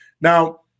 Now